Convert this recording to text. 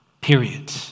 Period